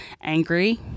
angry